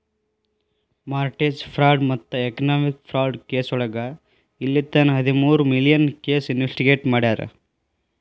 mortgage fraud ಮತ್ತ economic fraud ಕೆಸೋಳಗ ಇಲ್ಲಿತನ ಹದಮೂರು ಮಿಲಿಯನ್ ಕೇಸ್ ಇನ್ವೆಸ್ಟಿಗೇಟ್ ಮಾಡ್ಯಾರ